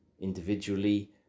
individually